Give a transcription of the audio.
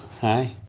Hi